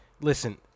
listen